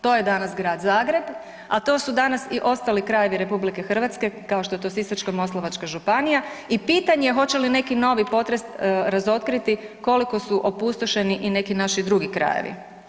To je danas Grad Zagreb, a to su danas i ostali krajevi RH kao što je to Sisačko-moslavačka županija i pitanje hoće li neki novi potres razotkriti koliko su opustošeni i neki naši drugi krajevi.